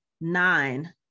nine